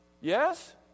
Yes